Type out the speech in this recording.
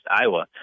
Iowa